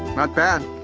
not bad,